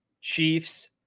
Chiefs